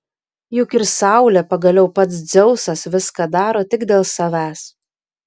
juk ir saulė pagaliau pats dzeusas viską daro tik dėl savęs